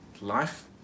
life